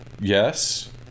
Yes